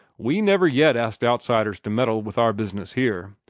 we never yet asked outsiders to meddle with our business here.